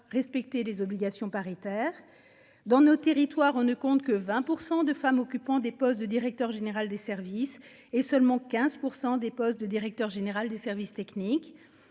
respecté les obligations paritaire dans nos territoires, on ne compte que 20% de femmes occupant des postes de directeur général des services et seulement 15% des postes de directeur général des services techniques